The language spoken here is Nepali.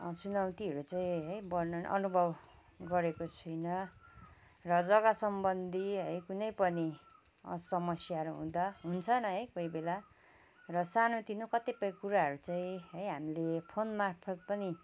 चुनौतिहरू चाहिँ है वर्णन अनुभव गरेको छुइनँ र जग्गा सम्बन्धी है कुनै पनि समस्याहरू हुँदा हुन्छ नै है कोही बेला र सानो तिनो कतिपय कुराहरू चाहिँ है हामीले फोन मार्फत पनि